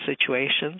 situations